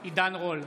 בעד עידן רול,